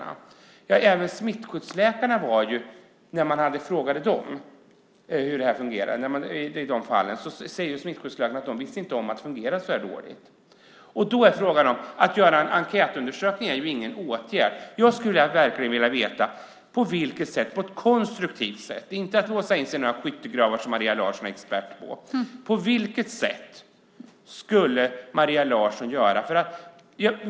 Ja, när man frågade smittskyddsläkarna hur det här fungerade sade även de att de inte visste om att det fungerade så här dåligt. Att göra en enkätundersökning är ingen åtgärd. Jag skulle verkligen vilja veta på vilket konstruktivt sätt - inte låsa in sig i några skyttegravar, som Maria Larsson är expert på - Maria Larsson skulle göra det.